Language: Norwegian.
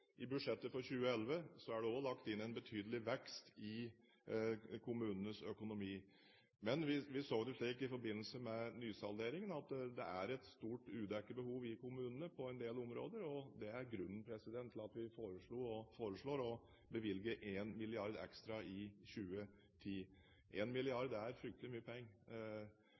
budsjettet for 2011 er det også lagt inn en betydelig vekst i kommunenes økonomi, men vi så det slik i forbindelse med nysalderingen at det er et stort udekket behov i kommunene på en del områder, og det er grunnen til at vi foreslår å bevilge 1 mrd. kr ekstra i 2010. 1 mrd. kr er fryktelig mye penger,